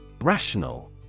Rational